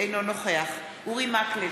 אינו נוכח אורי מקלב,